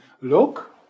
look